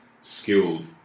skilled